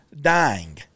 dying